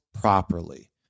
properly